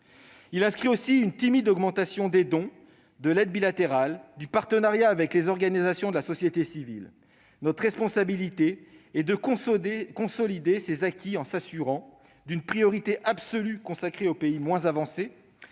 il prévoit aussi une timide augmentation des dons, de l'aide bilatérale et du partenariat avec les organisations de la société civile. Notre responsabilité est de consolider ces acquis en s'assurant d'une priorité absolue consacrée aux PMA ; d'un